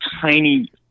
tiny